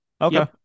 okay